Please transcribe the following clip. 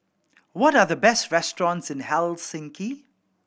what are the best restaurants in Helsinki